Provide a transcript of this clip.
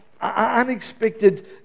unexpected